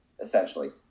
essentially